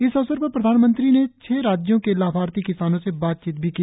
इस अवसर पर प्रधानमंत्री ने छह राज्यों के लाभार्थी किसानों से बातचीत भी की